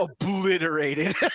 obliterated